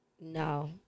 No